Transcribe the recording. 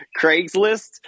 Craigslist